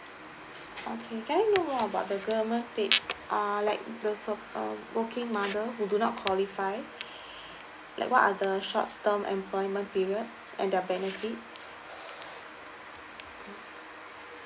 okay can I know about the government paid uh like those of um working mother who do not qualify like what are the short term employment period and their penalty